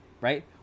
right